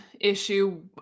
issue